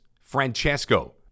Francesco